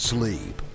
Sleep